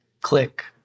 Click